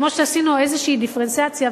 כמו שעשינו איזו דיפרנציאציה,